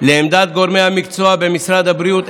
לעמדת גורמי המקצוע במשרד הבריאות,